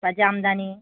বা জামদানি